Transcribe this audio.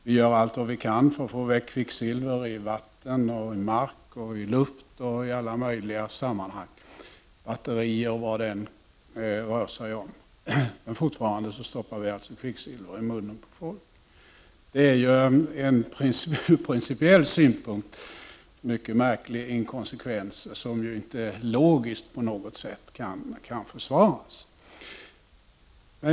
Vi gör allt för att få bort kvicksilver från vatten, mark och luft samt batterier och liknande, men fortfarande stoppar vi alltså kvicksilver i munnen på folk. Det är en ur principiell synpunkt mycket märklig inkonsekvens som inte logiskt kan försvaras.